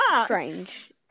strange